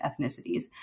ethnicities